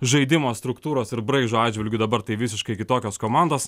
žaidimo struktūros ir braižo atžvilgiu dabar tai visiškai kitokios komandos